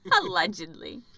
Allegedly